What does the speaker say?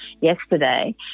yesterday